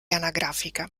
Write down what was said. anagrafica